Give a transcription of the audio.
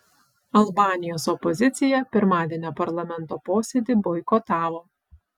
albanijos opozicija pirmadienio parlamento posėdį boikotavo